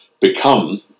become